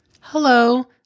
Hello